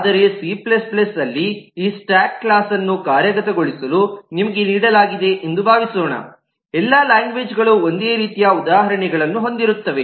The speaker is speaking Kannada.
ಆದರೆ ಸಿC ಅಲ್ಲಿ ಈ ಸ್ಟ್ಯಾಕ್ ಕ್ಲಾಸ್ಅನ್ನು ಕಾರ್ಯಗತಗೊಳಿಸಲು ನಿಮಗೆ ನೀಡಲಾಗಿದೆ ಎಂದು ಭಾವಿಸೋಣ ಎಲ್ಲಾ ಲ್ಯಾಂಗ್ವೇಜ್ಗಳು ಒಂದೇ ರೀತಿಯ ಉದಾಹರಣೆಗಳನ್ನು ಹೊಂದಿರುತ್ತವೆ